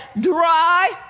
dry